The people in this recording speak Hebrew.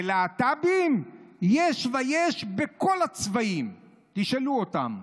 ללהט"בים יש ויש, בכל הצבעים, תשאלו אותם,